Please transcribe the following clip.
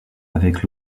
avec